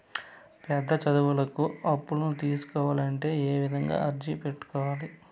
పెద్ద చదువులకు అప్పులను తీసుకోవాలంటే ఏ విధంగా అర్జీ పెట్టుకోవాలి?